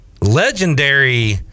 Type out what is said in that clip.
legendary